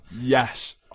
Yes